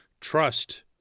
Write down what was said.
trust